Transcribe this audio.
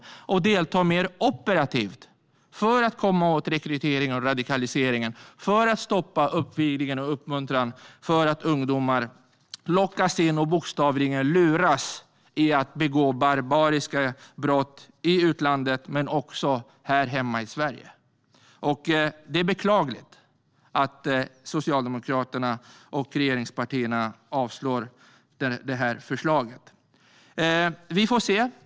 Sverige behöver delta mer operativt för att komma åt rekryteringen och radikaliseringen och för att stoppa uppviglingen och uppmuntran av ungdomar att lockas och bokstavligen luras till att begå barbariska brott i utlandet men också här hemma i Sverige. Det är beklagligt att Socialdemokraterna och regeringsunderlaget avslår förslaget.